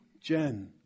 Jen